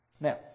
Now